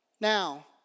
Now